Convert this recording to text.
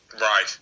Right